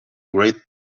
great